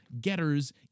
getters